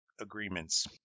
agreements